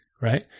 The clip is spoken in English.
right